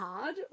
hard